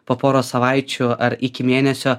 po poros savaičių ar iki mėnesio